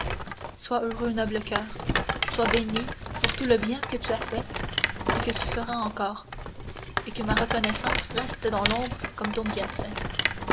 sois heureux noble coeur sois béni pour tout le bien que tu as fait et que tu feras encore et que ma reconnaissance reste dans l'ombre comme ton bienfait et